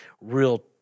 real